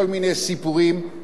אפשר לעשות את זה בוועדה.